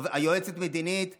היועצת המדינית פרשה,